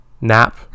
nap